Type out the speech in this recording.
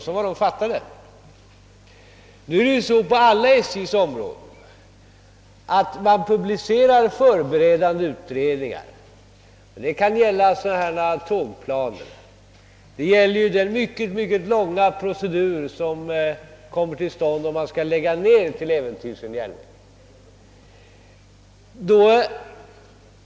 Nu gör man i stället på alla SJ:s områden så, att man publicerar förberedande utredningar — det kan gälla tågplaner eller den mycket långa procedur som kommer till stånd om man till äventyrs ämnar lägga ned en järnväg.